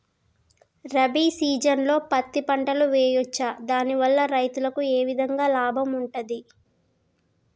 రబీ సీజన్లో పత్తి పంటలు వేయచ్చా దాని వల్ల రైతులకు ఏ విధంగా లాభం ఉంటది?